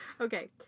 Okay